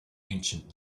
ancient